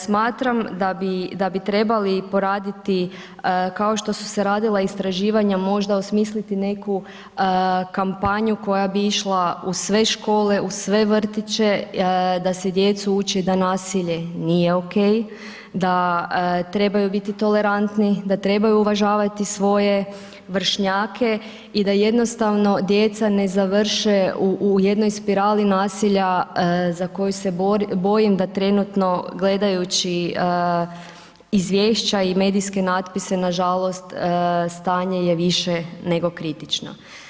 Smatram da bi trebali poraditi kao što su se radila istraživanja, možda osmisliti neku kampanju, koja bi išla u sve škole, u sve vrtiće, da se djecu ući da nasilje nije ok, da trebaju biti tolerantni, da trebaju uvažavati svoje vršnjake i da jednostavno djeca ne završe u jednoj spirali nasilja, za koju se bojim da trenutno gledajući, izvješća i medijske natpise nažalost, stanje je više nego kritično.